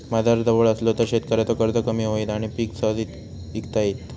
बाजार जवळ असलो तर शेतकऱ्याचो खर्च कमी होईत आणि पीक सहज इकता येईत